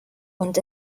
und